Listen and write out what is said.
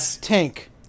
tank